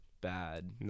bad